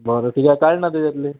बरं ठीक आहे काढा ना त्याच्यातले